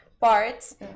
parts